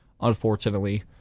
unfortunately